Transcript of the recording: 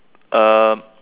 um